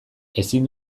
ezin